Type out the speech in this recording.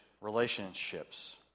relationships